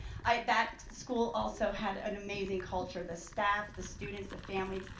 that school also had an amazing culture, the staff, the students, the families,